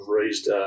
raised